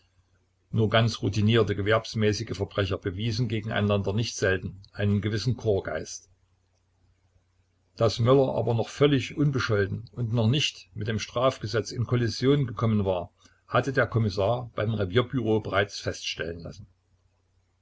nur ganz routinierte gewerbsmäßige verbrecher bewiesen gegeneinander nicht selten einen gewissen korpsgeist daß möller aber noch völlig unbescholten und noch nicht mit dem strafgesetz in kollision gekommen war hatte der kommissar beim revierbüro bereits feststellen lassen